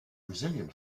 brazilian